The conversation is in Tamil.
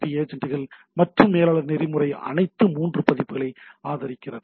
பி ஏஜன்ட்டுகள் மற்றும் மேலாளர்கள் நெறிமுறை அனைத்து 3 பதிப்புகளை ஆதரிக்கிறது